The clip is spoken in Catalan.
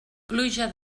pluja